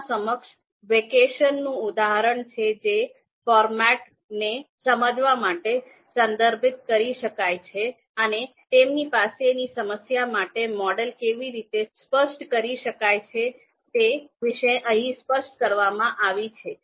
આપણા સમક્ષ વેકેશનનું ઉદાહરણ છે જે ફોર્મેટને સમજવા માટે સંદર્ભિત કરી શકાય છે અને તેમની પાસેની સમસ્યા માટે મોડેલ કેવી રીતે સ્પષ્ટ કરી શકાય છે તે વિશે અહિયાં સ્પષ્ટ કરવામાં આવી છે